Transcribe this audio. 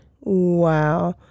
Wow